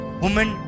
woman